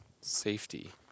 safety